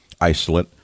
isolate